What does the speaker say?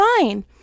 fine